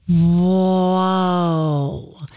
Whoa